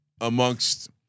Amongst